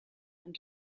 and